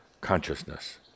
Consciousness